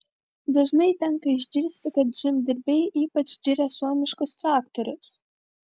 dažnai tenka išgirsti kad žemdirbiai ypač giria suomiškus traktorius